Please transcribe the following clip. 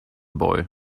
boy